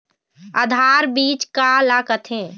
आधार बीज का ला कथें?